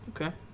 Okay